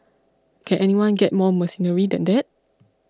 can anyone get more mercenary than that